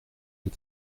des